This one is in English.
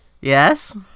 Yes